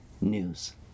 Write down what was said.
news